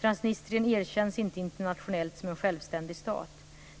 Transnistrien erkänns inte internationellt som en självständig stat.